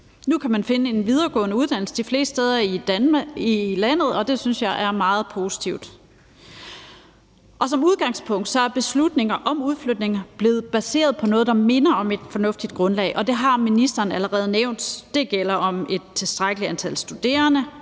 Nu kan man finde en videregående uddannelse de fleste steder i landet, og det synes jeg er meget positivt. Som udgangspunkt er beslutninger om udflytninger blevet baseret på noget, der minder om et fornuftigt grundlag, og det har ministeren allerede nævnt. Det gælder om et tilstrækkeligt antal studerende,